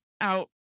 out